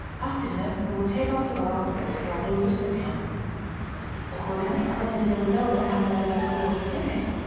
after dinner we will take our cigars and stroll over to the camp accordingly, when the dinner was over, and the la tour finished,